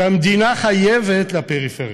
שהמדינה חייבת לפריפריה.